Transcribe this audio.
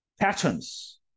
patterns